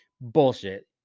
bullshit